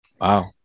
Wow